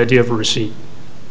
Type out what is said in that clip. idea of receipt